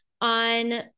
on